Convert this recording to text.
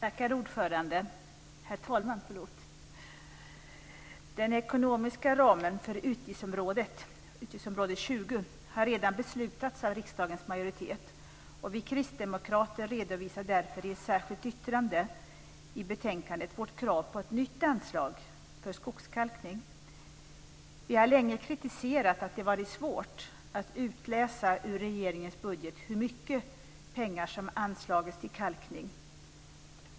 Herr talman! Den ekonomiska ramen för utgiftsområde 20 har redan beslutats av riksdagens majoritet. Vi kristdemokrater redovisar därför i ett särskilt yttrande i betänkandet vårt krav på ett nytt anslag för skogskalkning. Vi har länge kritiserat att det varit svårt att utläsa ur regeringens budget hur mycket pengar som anslagits till kalkning.